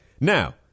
Now